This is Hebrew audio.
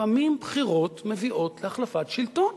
לפעמים בחירות מביאות החלפת שלטון.